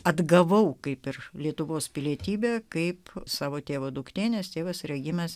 atgavau kaip ir lietuvos pilietybę kaip savo tėvo duktė nes tėvas yra gimęs